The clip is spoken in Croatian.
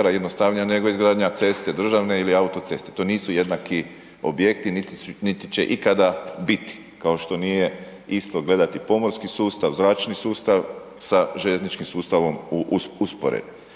km jednostavnija nego izgradnja ceste državne ili autoceste, to nisu jednaki objekti, niti će ikada biti, kao što nije isto gledati pomorski sustav, zračni sustav sa željezničkim sustavom u usporedbi,